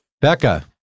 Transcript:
Becca